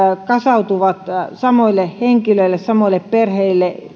kasautuvat samoille henkilöille ja samoille perheille